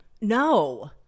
No